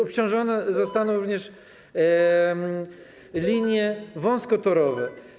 Obciążone zostaną również linie wąskotorowe.